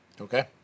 Okay